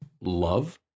love